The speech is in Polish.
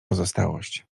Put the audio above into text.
pozostałość